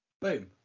Boom